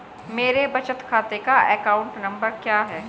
मेरे बचत खाते का अकाउंट नंबर क्या है?